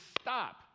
stop